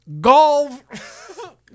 golf